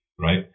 right